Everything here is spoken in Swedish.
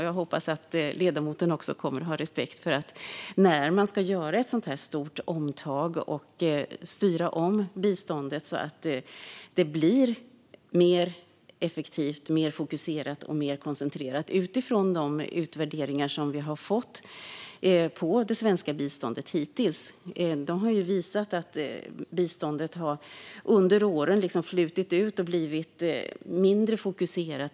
Jag hoppas att ledamoten också kommer att ha respekt för arbetet när man ska göra ett sådant här stort omtag och styra om biståndet så att det blir mer effektivt, mer fokuserat och mer koncentrerat utifrån de utvärderingar som vi har fått av det svenska biståndet hittills. Dessa har visat att biståndet under åren har flutit ut och blivit mindre fokuserat.